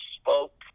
spoke